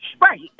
Right